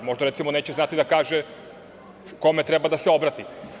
Možda, recimo, neće znati da kaže kome treba da se obrati.